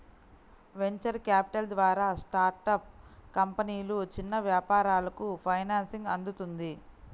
venture capital ద్వారా startup కంపెనీలు, చిన్న వ్యాపారాలకు ఫైనాన్సింగ్ అందుతుంది